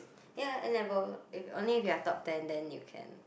ya and never if only you are top ten then you can